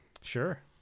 Sure